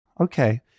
Okay